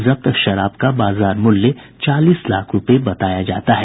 जब्त शराब का बाजार मूल्य चालीस लाख रूपये बताया जाता है